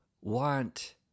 want